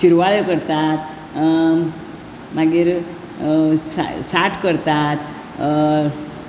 शिरवळ्यो करतात मागीर साठ करतात स